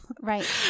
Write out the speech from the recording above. right